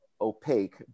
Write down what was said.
opaque